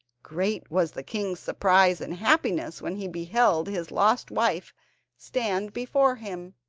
great was the king's surprise and happiness when he beheld his lost wife stand before him,